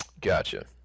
Gotcha